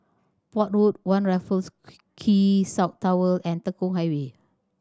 Port Road One Raffles Quay South Tower and Tekong Highway